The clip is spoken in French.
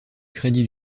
crédit